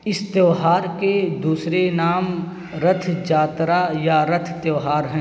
اس تیوہار کے دوسرے نام رتھ جاترا یا رتھ تیوہار ہیں